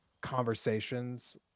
conversations